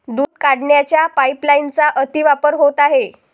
दूध काढण्याच्या पाइपलाइनचा अतिवापर होत आहे